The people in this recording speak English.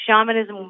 shamanism